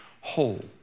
whole